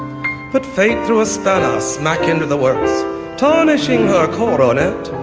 but fate threw a so but smack into the worse tarnishing co-wrote it.